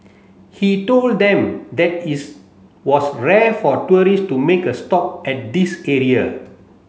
he told them that its was rare for tourists to make a stop at this area